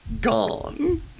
gone